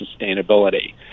sustainability